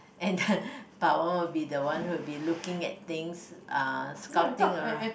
and the Bao-wen one will the one who will be looking at things uh scouting around